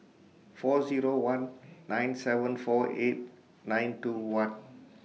four Zero one nine seven four eight nine two one